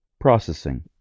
Processing